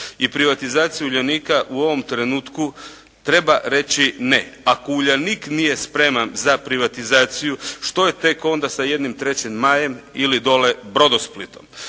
I privatizaciju Uljanika u ovom trenutku treba reći ne. Ako Uljanik nije spreman za privatizaciju što je tek onda sa jednim Trećim majem ili dole Brodosplitom?